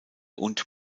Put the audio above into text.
und